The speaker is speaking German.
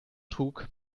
trug